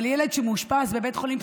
אבל ילד שמאושפז בבית חולים פסיכיאטרי,